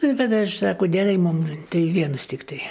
tai tada aš sako gerai mum tai vienus tiktai